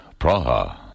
Praha